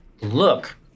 look